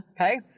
Okay